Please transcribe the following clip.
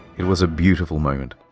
it was a beautiful moment,